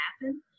happen